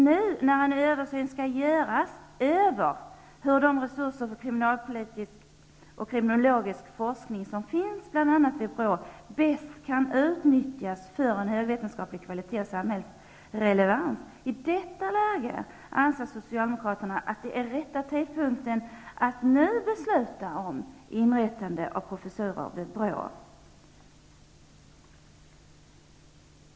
Nu när en översyn skall göras av hur resurserna för krimonologisk och kriminalpolitisk forskning, som finns bl.a. vid BRÅ, bäst kan utnyttjas för en högvetenskaplig kvalitet och samhällsrelevans, anser emellertid Socialdemokraterna att det är rätt tidpunkt för beslut om inrättande av professurer vid BRÅ.